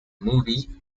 movie